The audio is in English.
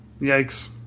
Yikes